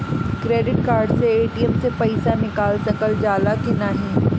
Credit card से ATM से पइसा निकाल सकल जाला की नाहीं?